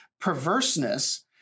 perverseness